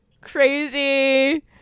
crazy